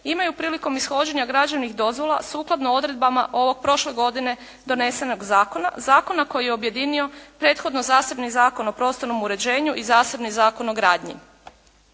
imaju prilikom ishođenja građevnih dozvola sukladno odredbama od prošle godine donesenog zakona, zakona koji je objedinio prethodno zasebni Zakon o prostornom uređenju i zasebni Zakon o gradnji.